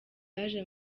yaje